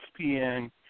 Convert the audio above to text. ESPN